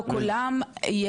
לא כולם.